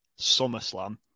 SummerSlam